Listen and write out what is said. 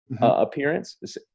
appearance